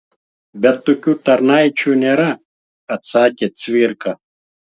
bet tokių tarnaičių nėra atsakė cvirka